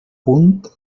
punt